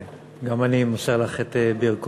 תודה רבה, גם אני מוסר לך את ברכותי.